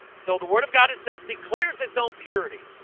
so the word of god itself declares its own purity.